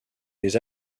des